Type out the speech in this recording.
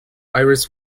iris